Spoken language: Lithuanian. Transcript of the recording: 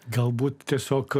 galbūt tiesiog